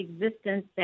existence